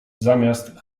zamiast